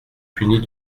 punit